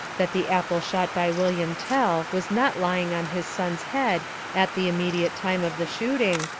that the apple shot by william tell was not lying on his son's head at the immediate time of the shooting,